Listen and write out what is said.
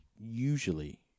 usually